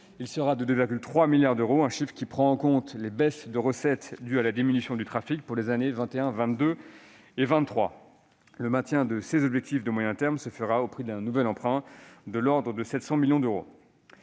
Il sera de 2,3 milliards d'euros, un chiffre qui prend en compte les baisses de recettes dues à la diminution du trafic pour les années 2021, 2022 et 2023. Le maintien de ses objectifs de moyen terme se fait au prix d'un nouvel emprunt, de l'ordre de 700 millions d'euros.